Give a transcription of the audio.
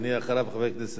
אחריו, חבר הכנסת טיבי.